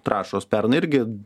trąšos pernai irgi